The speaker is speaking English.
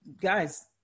guys